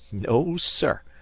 no, sir!